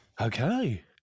Okay